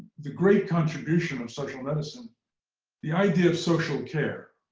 the great contribution of social medicine the idea of social care.